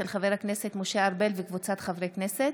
של חבר הכנסת משה ארבל וקבוצת חברי הכנסת,